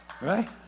right